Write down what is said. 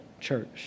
church